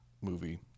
movie